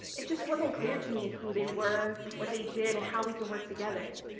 it just wasn't clear to me who they were, what they did and how we can work together.